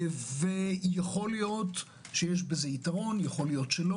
יכול להיות שיש בזה יתרון, ייתכן שלא.